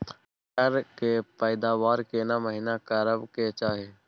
मटर के पैदावार केना महिना करबा के चाही?